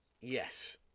Yes